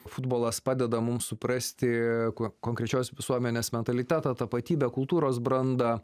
futbolas padeda mums suprasti kuo konkrečios visuomenės mentalitetą tapatybę kultūros brandą